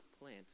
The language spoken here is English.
plant